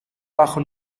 bajo